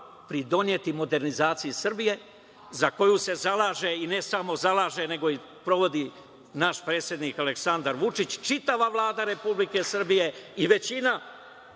pridoneti organizaciji Srbije za koju se zalaže i ne samo zalaže, nego i provodi naš predsednik Aleksandar Vučić, čitava Vlada Republike Srbije i većina